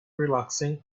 relaxing